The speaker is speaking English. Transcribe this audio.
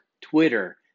Twitter